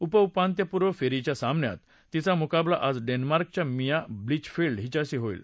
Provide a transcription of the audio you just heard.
उपउपांत्यपूर्व फेरीच्या सामन्यात तिचा मुकाबला आज डेन्मार्कच्या मिया ब्लिचफेल्ड हिच्याशी होईल